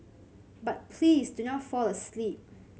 but please do not fall asleep